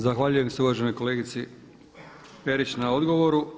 Zahvaljujem se uvaženoj kolegici Perić na odgovoru.